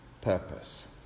purpose